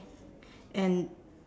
and